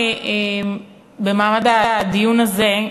במעמד הדיון הזה,